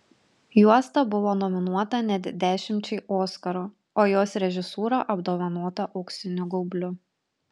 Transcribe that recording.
juosta buvo nominuota net dešimčiai oskarų o jos režisūra apdovanota auksiniu gaubliu